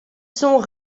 sont